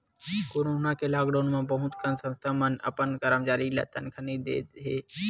corona के lockdown म बहुत कन संस्था मन अपन करमचारी ल तनखा नइ दे हे